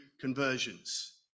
conversions